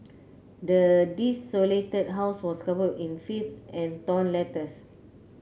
the desolated house was covered in filth and torn letters